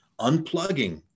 unplugging